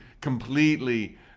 completely